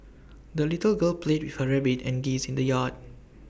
the little girl played with her rabbit and geese in the yard